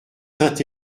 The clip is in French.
saint